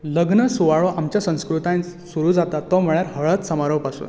लग्न सुवाळो आमच्या संस्कृतायेंत सुरू जाता तो म्हळ्यार हळद समारोह पासून